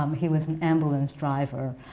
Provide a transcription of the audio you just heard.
um he was an ambulance driver,